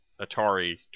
Atari